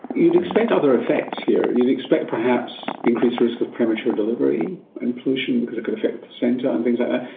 you'd expect other effects here. you'd expect perhaps increased risk of premature delivery in pollution because it could affect placenta and things ah